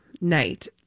night